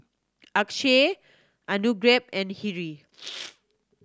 Akshay and Hri